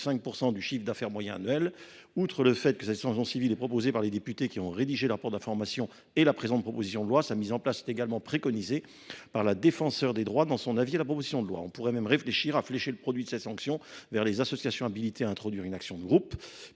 à 3 % du chiffre d’affaires moyen annuel, au lieu de 5 %. Cette mesure, proposée par les députés ayant rédigé le rapport d’information et la présente proposition de loi, est également préconisée par la Défenseure des droits dans son avis sur le texte. On pourrait même réfléchir à flécher le produit de cette sanction vers les associations habilitées à introduire une action de groupe.